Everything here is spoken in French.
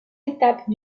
étapes